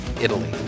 Italy